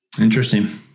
Interesting